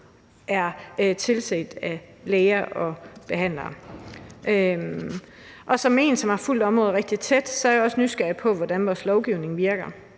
er tilset af læger og behandlere. Som en, der har fulgt området rigtig tæt, er jeg også nysgerrig på, hvordan vores lovgivning virker,